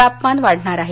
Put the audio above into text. तापमान वाढणार आहे